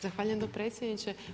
Zahvaljujem dopredsjedniče.